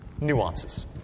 nuances